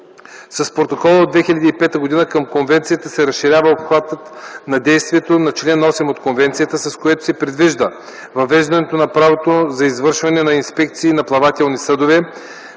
С Протокола от 2005 г. към Конвенцията се разширява обхватът на действието на чл. 8 от Конвенцията, с което се предвижда въвеждането на правото за извършване на инспекции на плавателни съдове,